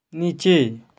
नीचे